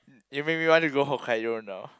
you make me want to go Hokkaido now